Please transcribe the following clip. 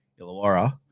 Illawarra